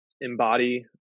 embody